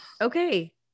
Okay